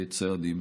צעדים.